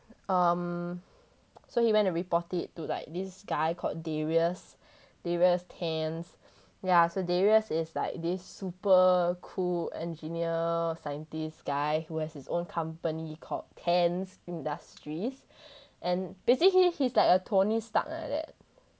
um so he went to report it to like this guy called darius darius tenz ya so darius is like this super cool engineer scientist guy who has his own company called tenz industries and basically he's like a tony stark like that